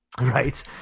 Right